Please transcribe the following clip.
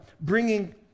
bringing